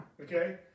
Okay